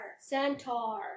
Centaur